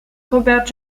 robert